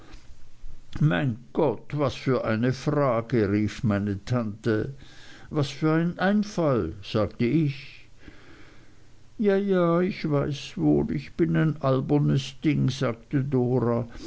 mein gott was für eine frage rief meine tante was für ein einfall sagte ich ja ja ich weiß wohl ich bin ein albernes ding sagte dora